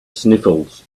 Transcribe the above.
sniffles